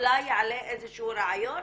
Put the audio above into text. אולי יעלה איזשהו רעיון,